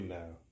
now